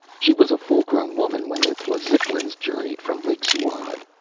she was a full-grown woman when the tlazitlans journeyed from lake zuad.